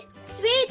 sweet